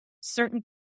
certain